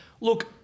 Look